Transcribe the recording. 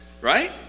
right